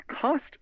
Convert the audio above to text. cost